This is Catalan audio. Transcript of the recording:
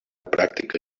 pràctica